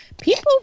People